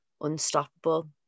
unstoppable